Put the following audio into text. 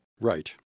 Right